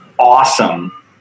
awesome